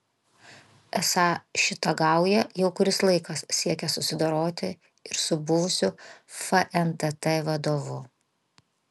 esą šita gauja jau kuris laikas siekia susidoroti ir su buvusiu fntt vadovu